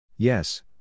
Yes